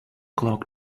clock